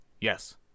yes